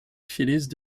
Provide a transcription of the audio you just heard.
phillies